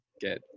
get